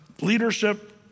leadership